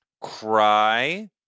cry